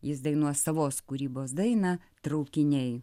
jis dainuos savos kūrybos dainą traukiniai